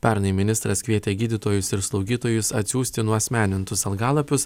pernai ministras kvietė gydytojus ir slaugytojus atsiųsti nuasmenintus algalapius